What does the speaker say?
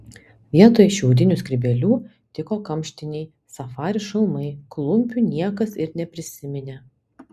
vietoj šiaudinių skrybėlių tiko kamštiniai safari šalmai klumpių niekas ir neprisiminė